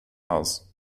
aus